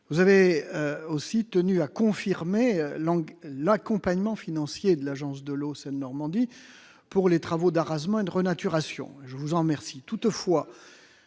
Vous avez également tenu à confirmer l'accompagnement financier de l'Agence de l'eau Seine-Normandie pour les travaux d'arasement et de renaturation. Je vous en remercie. Toutefois,